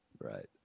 Right